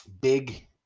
big